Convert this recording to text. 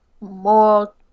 more